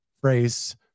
phrase